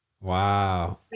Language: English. wow